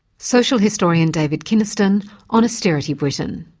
social historian david kynaston, on austerity britain.